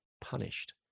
punished